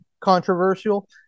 controversial